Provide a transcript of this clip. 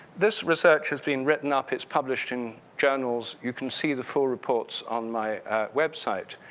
this research is being written up, it's published in journals, you can see the full reports on my website.